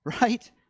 right